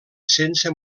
sense